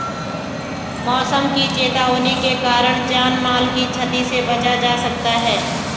मौसम की चेतावनी के कारण जान माल की छती से बचा जा सकता है